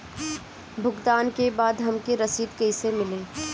भुगतान के बाद हमके रसीद कईसे मिली?